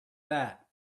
that